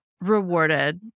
rewarded